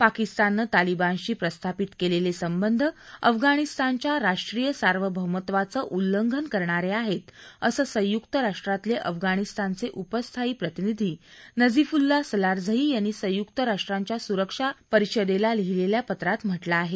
पाकिस्ताननं तालिबानशी प्रस्थापित केलेलं संबंध अफगाणिस्तानच्या राष्ट्रीय सार्वभौमत्वाचं उल्लंघन करणारे आहेत असं संयुक्त राष्ट्रातले अफगाणिस्तानचे उपस्थायी प्रतिनिधी नझीफुल्ला सलारझई यांनी संयुक्त राष्ट्रांच्या सुरक्षा सुरक्षा परिषदेला लिहिलेल्या पत्रात म्हटलं आहे